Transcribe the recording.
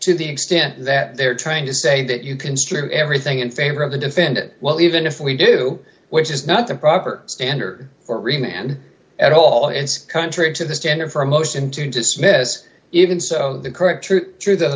to the extent that they're trying to say that you construe everything in favor of the defendant well even if we do which is not the proper standard for renan at all it's contrary to the standard for a motion to dismiss even so the current true truth of the